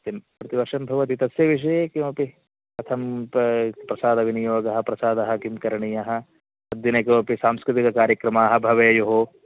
सत्यं प्रतिवर्षं भवति तस्य विषये किमपि कथं प्रसादविनियोगः प्रसादः किं करणीयः तद्दिने किमपि सांस्कृतिककार्यक्रमाः भवेयुः